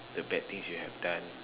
the bad things you have done